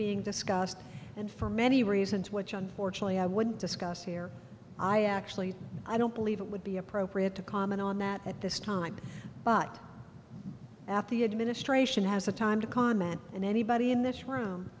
being discussed and for many reasons what you unfortunately i wouldn't discuss here i actually i don't believe it would be appropriate to comment on that at this time but at the administration has the time to comment and anybody in this room